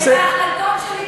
את ההחלטות שלי,